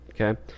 Okay